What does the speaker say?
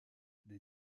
des